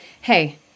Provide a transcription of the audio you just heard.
Hey